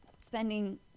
spending